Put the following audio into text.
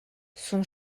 son